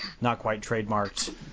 not-quite-trademarked